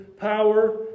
power